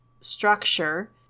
structure